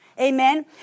Amen